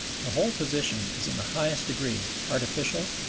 the whole position is in the highest degree artificial,